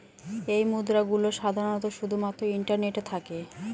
এই মুদ্রা গুলো সাধারনত শুধু মাত্র ইন্টারনেটে থাকে